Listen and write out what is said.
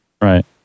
Right